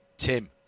Tim